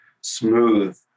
smooth